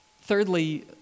Thirdly